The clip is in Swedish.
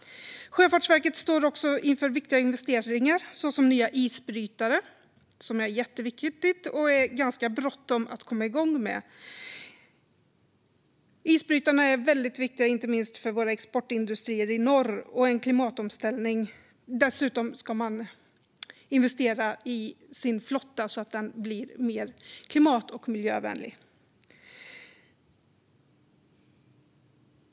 Sjöfartsverket står också inför viktiga investeringar såsom nya isbrytare, vilket är jätteviktigt och ganska bråttom att komma igång med. Isbrytarna är viktiga inte minst för våra exportindustrier i norr och för en klimatomställning, och dessutom ska man investera i sin flotta så att den blir mer klimat och miljövänlig.